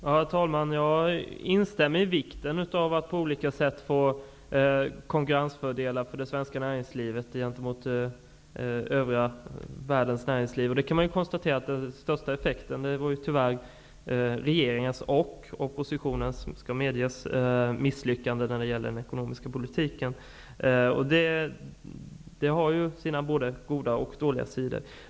Herr talman! Jag instämmer i vikten av att på olika sätt få konkurrensfördelar för det svenska näringslivet gentemot omvärlden. Det kan konstateras att den största effekten gavs av regeringens -- och oppositionens, det skall medges -- misslyckande med den ekonomiska politiken. Det har sina både goda och dåliga sidor.